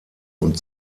und